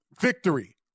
victory